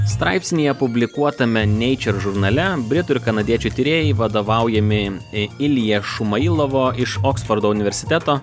straipsnyje publikuotame nature žurnale britų ir kanadiečių tyrėjai vadovaujami ilija šumailovo iš oksfordo universiteto